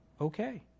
okay